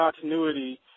continuity